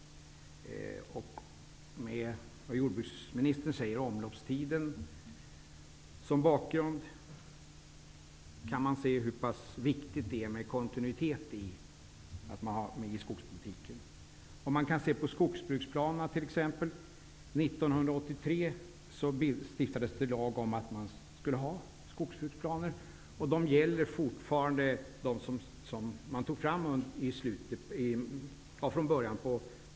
Som jordbruksministern säger kan man med omloppstiden som bakgrund se hur pass viktigt det är med kontinuitet i skogspolitiken. Man kan t.ex. titta på skogsbruksplanerna. År 1983 stiftades en lag om att man skulle ha skogsbruksplaner. De planer som därefter togs fram gäller fortfarande.